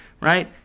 Right